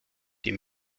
die